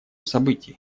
событий